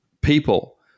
people